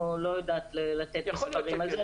לא יודעת לתת על זה מספרים.